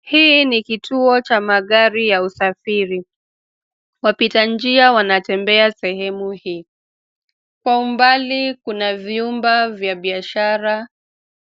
Hii ni kituo cha magari ya usafiri. Wapita njia wanatembea sehemu hii kwa umbali kuna vyumba vya biashara